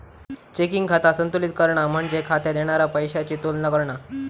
checking खाता संतुलित करणा म्हणजे खात्यात येणारा पैशाची तुलना करणा